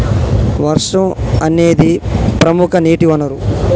వర్షం అనేదిప్రముఖ నీటి వనరు